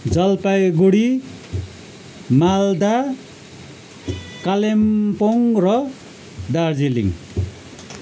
जलपाइगुडी मालदा कालिम्पोङ र दार्जिलिङ